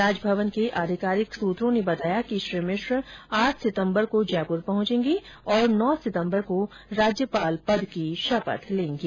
राजभवन के आधिकारिक सूत्रों ने बताया कि श्री मिश्र आठ सितम्बर को जयपुर पहुंचेंगे और नौ सितम्बर को राज्यपाल पद की शपथ लेंगे